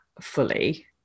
fully